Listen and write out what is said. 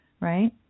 right